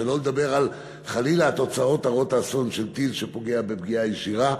שלא לדבר חלילה על תוצאות הרות אסון של טיל שפוגע בפגיעה ישירה,